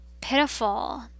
pitiful